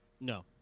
No